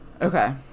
Okay